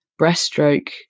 breaststroke